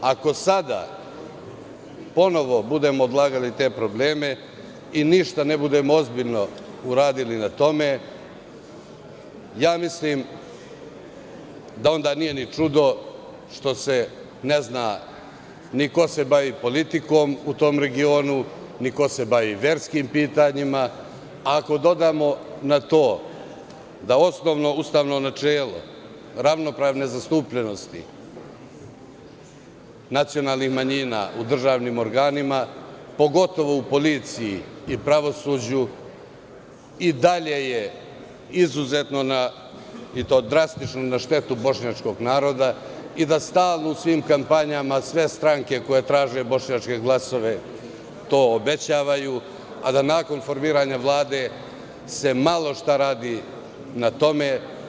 Ako sada ponovo budemo odlagali te probleme i ništa ne budemo ozbiljno uradili na tome, mislim da onda nije ni čudo što se ne zna ni ko se bavi politikom u tom regionu, ni ko se bavi verskim pitanjima, a ako dodamo na to da osnovno ustavno načelo ravnopravne zastupljenosti nacionalnih manjina u državnim organima, pogotovo u policiji i pravosuđu, je i dalje izuzetno drastično na štetu bošnjačkog naroda i da stalno u svim kampanjama sve stranke, koje traže bošnjačke glasove, to obećavaju, a da nakon formiranja vlade se malo šta radi na tome.